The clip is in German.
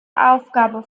aufgabe